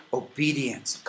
obedience